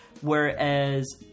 whereas